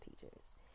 teachers